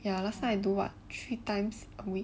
ya last time I do what three times a week